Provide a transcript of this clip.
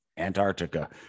antarctica